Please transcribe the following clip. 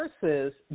versus